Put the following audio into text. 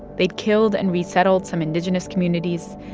they'd killed and resettled some indigenous communities,